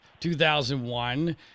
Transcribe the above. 2001